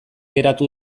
geratu